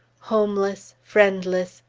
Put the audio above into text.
homeless, friendless,